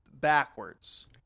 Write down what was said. backwards